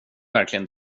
verkligen